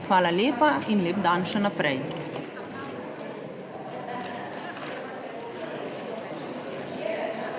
Hvala lepa in lep dan še naprej.